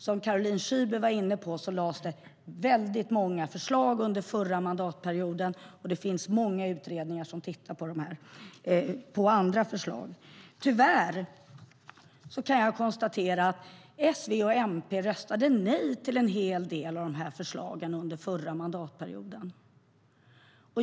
Som Caroline Szyber var inne på lades det fram många förslag under förra mandatperioden, och det finns många utredningar som tittar på andra förslag. Tyvärr kan jag konstatera att S, V och MP röstade nej till en hel del av förslagen under förra mandatperioden.